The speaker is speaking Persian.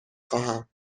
خواهم